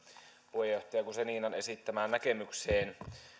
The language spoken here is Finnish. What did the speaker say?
puheenjohtaja guzeninan esittämään näkemykseen